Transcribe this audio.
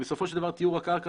בסופו של דבר טיהור הקרקע,